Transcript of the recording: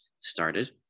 started